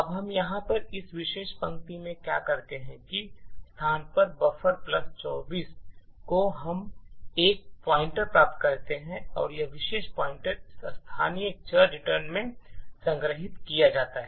अब हम यहाँ पर इस विशेष पंक्ति में क्या करते हैं कि इस स्थान पर बफर प्लस २४ को हम एक पॉइंटर प्राप्त करते हैं और यह विशेष पॉइंटर इस स्थानीय चर रिटर्न में संग्रहीत किया जाता है